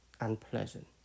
unpleasant